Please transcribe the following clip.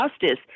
justice